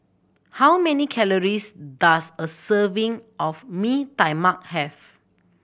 how many calories does a serving of Mee Tai Mak have